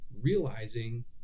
realizing